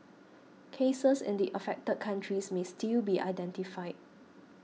cases in the affected countries may still be identified